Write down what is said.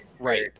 Right